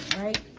right